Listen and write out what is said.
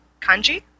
Kanji